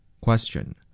Question